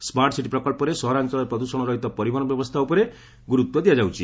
smart city ପ୍ରକଳ୍ପରେ ସହରାଞ୍ଚଳରେ ପ୍ରଦୂଷଣ ରହିତ ପରିବହନ ବ୍ୟବସ୍ଥା ଉପରେ ଗୁରୁତ୍ୱ ଦିଆଯାଉଛି